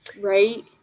right